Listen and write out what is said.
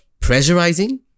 pressurizing